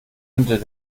unter